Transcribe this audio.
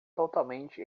totalmente